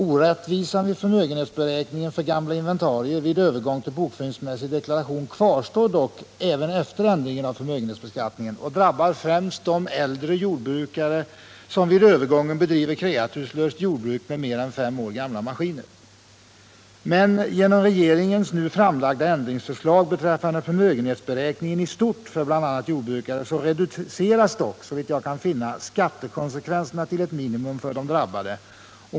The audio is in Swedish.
Orättvisan vid förmögenhetsberäkningen för gamla inventarier vid övergång till bokföringsmässig deklaration kvarstår dock även efter ändringen av förmögenhetsbeskattningen, och den drabbar främst de äldre jordbrukare som vid övergången bedriver kreaturslöst jordbruk med mer än fem år gamla maskiner. Men genom regeringens nu framlagda ändringsförslag beträffande förmögenhetsberäkningen i stort för bl.a. jordbrukare reduceras — såvitt jag kan finna — skattekonsekvenserna till ett minimum för de drabbade.